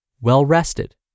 well-rested